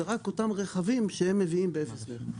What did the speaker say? זה רק אותם רכבים שהם מביאים באפס מכס.